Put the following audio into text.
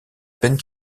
peine